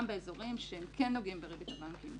גם באזורים שכן נוגעים בריבית הבנקים.